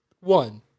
One